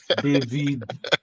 David